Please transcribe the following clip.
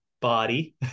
body